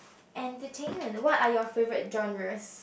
entertainment what are your favourite genres